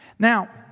Now